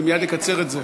מייד אקצר את זה.